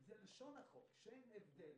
זה לשון החוק, שאין הבדל